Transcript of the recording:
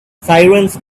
sirens